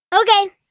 Okay